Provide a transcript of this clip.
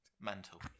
Mental